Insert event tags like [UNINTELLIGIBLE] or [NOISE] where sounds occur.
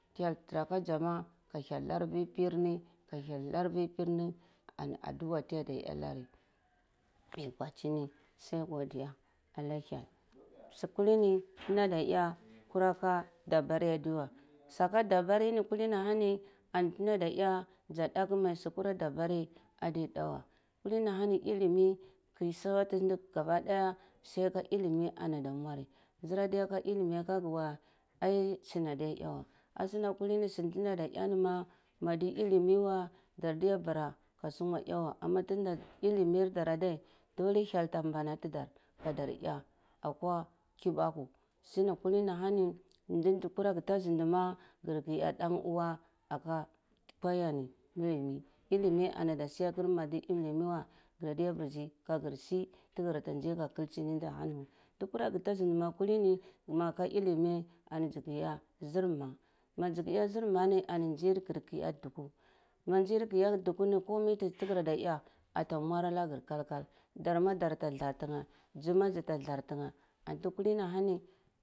Hyel tara ka za ma ka hyel na vi pir ni ka hyel na vi pir ni ani adua ti yada enar ri yi gwadichini sai godiya ala hyel su kolini nta nda da eh kwura ka dabari adewa saka dabari kwoni anti nda nda eh ana ka dabari mai su kwara ka dabari adeyi nda weh kuli ni ahani ilimi ki suwati ndeh gaba daya sai ka ilimi ada mwai zir aka ilimi aka ye weh as suna adeya eh weh asuna kalini suna ta da da eh ni madi ilimi wen dar diya bara ka sungwa eh weh ana tunda ilimir dar adey hyel ada mbana ta tar ka dar eh akwa kibaka suni kuli ni ahami ndi ndi kwara gada zindi ahani ma gar kah eh danuwa aka [UNINTELLIGIBLE] ilimi ana da siya kar mapar ilimi me weh za dya mbazi ka gar si tagara kalchini zi ahani weh ndi kora gara kulchini zi weh mapir ka ilimi ani zi ki eh nzir ma ma si ki eh zir mah mi ani ka eh nduku ma zir gar ki en duku ah kumar su tigara eh ata mwari anagar kalkal dar ma dar ta thalr tingeh si ma dza ta thalr tingeh antu kuli ni ahani.